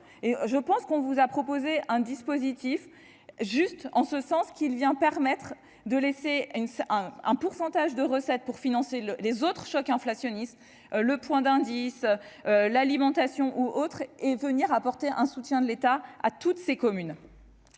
je pense qu'on vous a proposé un dispositif juste en ce sens qu'il vient, permettre de laisser une un pourcentage de recettes pour financer le les autres choc inflationniste, le point d'indice, l'alimentation ou autre et venir apporter un soutien de l'État à toutes ces communes.